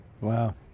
Wow